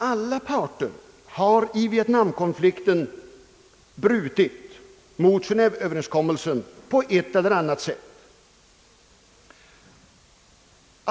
Alla parter i vietnamkonflikten har brutit mot Geneéveöverenskommelsen på ett eller annat sätt.